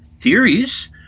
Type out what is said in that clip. theories